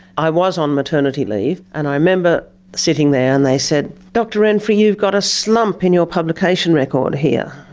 i was on maternity leave, and i remember sitting there and they said, dr renfree, you've got a slump in your publication record here.